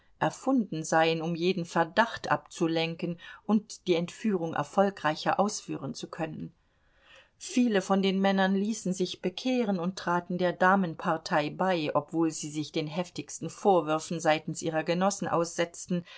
erfunden seien um jeden verdacht abzulenken und die entführung erfolgreicher ausführen zu können viele von den männern ließen sich bekehren und traten der damenpartei bei obwohl sie sich den heftigsten vorwürfen seitens ihrer genossen aussetzten